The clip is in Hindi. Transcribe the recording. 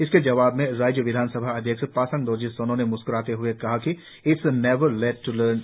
इसके जवाब में राज्य विधानसभा अध्यक्ष पासांग दोरजी सोना ने मुस्कुराते हुए कहा कि इस्ट नेवर लेट टू लर्न